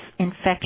Infection